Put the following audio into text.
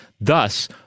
Thus